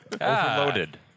Overloaded